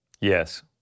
Yes